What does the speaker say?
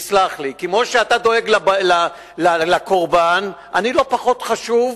כמו שאתה דואג לקורבן, אני לא פחות חשוב,